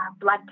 blood